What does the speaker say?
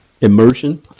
immersion